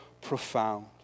profound